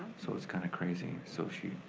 so it's kinda crazy. so she